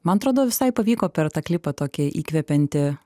man atrodo visai pavyko per tą klipą tokį įkvepiantį